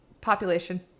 Population